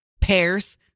pears